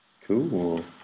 Cool